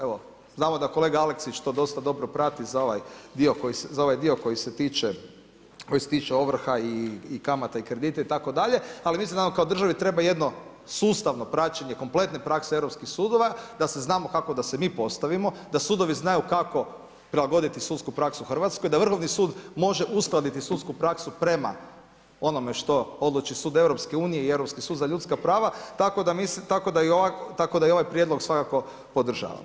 Evo, znamo da kolega Aleksić to dosta dobro prati za ovaj dio koji se tiče ovrha i kamata i kredita itd., ali mislim da nam kao državi treba jedno sustavno praćenje kompletne prakse europskih sudova, da se znamo kako da se mi postavimo, da sudovi znaju kako prilagoditi sudsku praksu Hrvatskoj, da Vrhovni sud može uskladiti sudsku praksu prema onome što odluči sud EU i Europski sud za ljudska prava, tako da mislim, tako da i ovaj Prijedlog svakako podržavam.